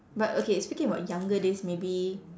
but okay speaking about younger days maybe